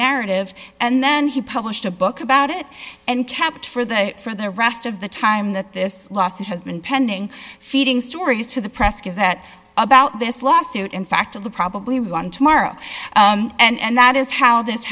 narrative and then he published a book about it and kept for the for the rest of the time that this lawsuit has been pending feeding stories to the press because that about this lawsuit in fact of the probably one tomorrow and that is how this